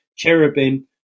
cherubim